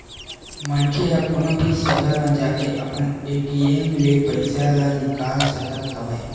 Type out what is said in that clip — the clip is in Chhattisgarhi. मनखे ह कोनो भी सहर म जाके अपन ए.टी.एम ले पइसा ल निकाल सकत हवय